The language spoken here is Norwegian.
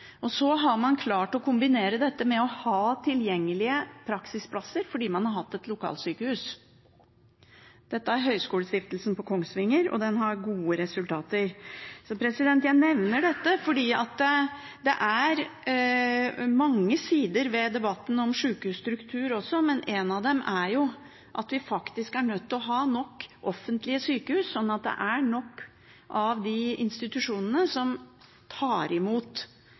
dette. Så har man klart å kombinere dette med tilgjengelige praksisplasser fordi man har hatt et lokalsykehus. Dette er Høgskolestiftelsen i Kongsvinger, og den har gode resultater. Jeg nevner dette fordi det er mange sider ved debatten om sykehusstruktur også, men en av dem er at vi faktisk er nødt til å ha nok offentlige sykehus, slik at det er nok institusjoner til å ta imot dem som skal ha praksis. Det gjelder ikke bare sykepleiere og spesialsykepleiere. Det er et vell av